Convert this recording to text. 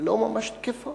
לא ממש תקפות.